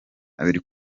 abiri